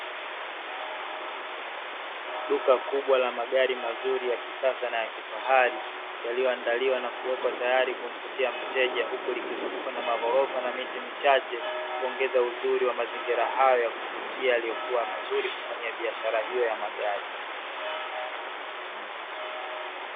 Duka kubwa la maduka makubwa ya kisasa na ya kifahari yaliyoandaliwa na kuwekwa tayari kumvutia mteja, huku likizungukwa na maghorofa na miti michache kuongeza uzuri wa mazingira hayo ya kuvutia yaliyokua mazuri kufanyia biashara hiyo ya magari.